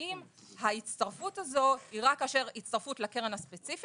האם ההצטרפות הזו היא רק כאשר הצטרפות לקרן הספציפית